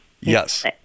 Yes